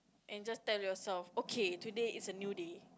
and just tell yourself okay today is a new day